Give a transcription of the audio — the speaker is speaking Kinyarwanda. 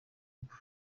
kuko